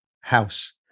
House